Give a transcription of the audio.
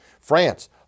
France